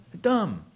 Dumb